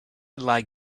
like